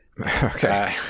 Okay